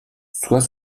soit